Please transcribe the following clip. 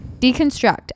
deconstruct